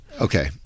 Okay